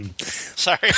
Sorry